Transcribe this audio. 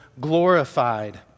glorified